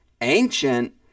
ancient